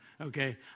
Okay